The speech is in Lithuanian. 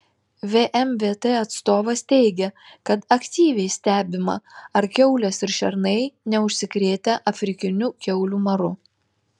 vmvt atstovas teigė kad aktyviai stebima ar kiaulės ir šernai neužsikrėtę afrikiniu kiaulių maru